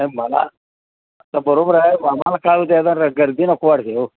नाही मला आता बरोबर आहे आम्हाला काय होतं आहे आता र गर्दी नको वाटते अहो